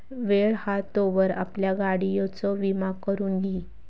वेळ हा तोवर आपल्या गाडियेचो विमा करून घी